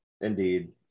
Indeed